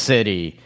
City